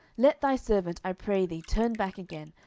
let thy servant, i pray thee, turn back again,